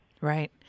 Right